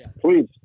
Please